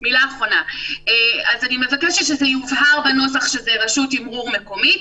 אני מבקשת שיובהר בנוסח שמדובר ברשות תימרור מקומית,